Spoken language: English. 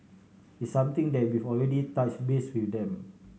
it's something that we've already touched base with them